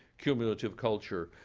cumulative culture,